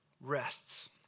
rests